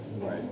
Right